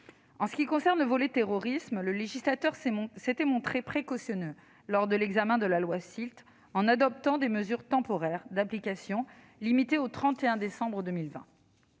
En ce qui concerne le volet « terrorisme », le législateur s'était montré précautionneux lors de l'examen de la loi SILT, en adoptant des mesures temporaires, d'application limitée au 31 décembre 2020.